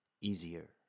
easier